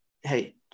hey